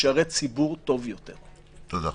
משרת ציבור טוב יותר -- תודה.